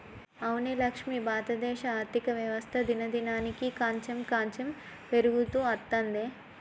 అవునే లక్ష్మి భారతదేశ ఆర్థిక వ్యవస్థ దినదినానికి కాంచెం కాంచెం పెరుగుతూ అత్తందే